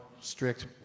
strict